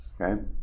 Okay